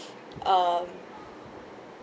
um